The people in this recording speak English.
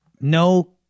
no